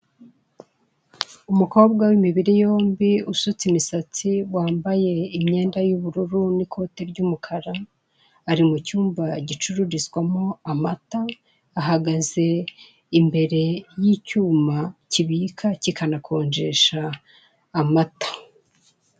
Umukobwa w'imibiri yombi, usutse imisatsi, wambaye imyenda y'ubururu n'ikote ry'umukara, ari mu cyumba gicururizwamo amata, ahagaze imbere y'icyuma kibika kikanakonjesha amata.